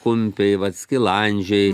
kumpiai vat skilandžiai